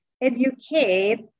educate